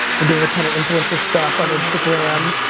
we're doing a ton of influencer stuff on instagram.